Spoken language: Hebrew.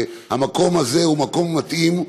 המקום הזה הוא מקום מתאים,